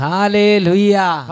Hallelujah